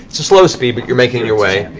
it's a slow speed, but you're making your way.